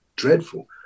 dreadful